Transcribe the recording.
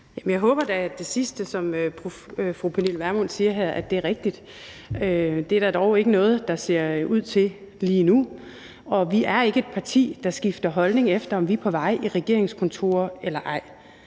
Jeg håber da, at det sidste, som fru Pernille Vermund siger her, er rigtigt. Det er der dog ikke noget der tyder på lige nu, og vi er ikke et parti, der skifter holdning efter, om vi er på vej i regeringskontorer eller ej.